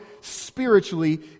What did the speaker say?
spiritually